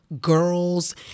girls